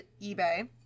eBay